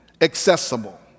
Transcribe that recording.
accessible